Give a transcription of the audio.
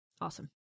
Awesome